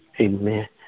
Amen